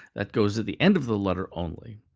that goes at the end of the letter only.